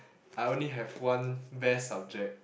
I only have one best subject